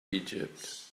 egypt